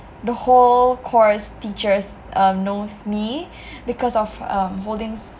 the whole course teachers uh knows me because of um holdings